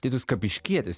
tai tu skapiškietis